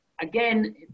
again